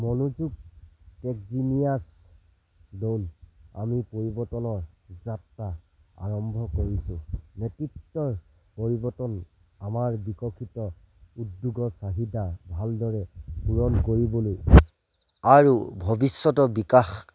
মনোযোগ tech genius দল আমি পৰিৱৰ্তনৰ যাত্ৰা আৰম্ভ কৰিছো নেতৃত্বৰ পৰিৱৰ্তন আমাৰ বিকশিত উদ্যোগৰ চাহিদা ভালদৰে পূৰণ কৰিবলৈ আৰু ভৱিষ্যতৰ বিকাশ